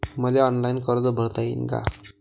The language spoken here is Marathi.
मले ऑनलाईन कर्ज भरता येईन का?